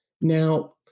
Now